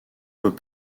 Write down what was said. peut